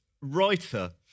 writer